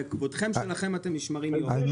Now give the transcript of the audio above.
בכבודכם שלכם אתם נשמרים יופי.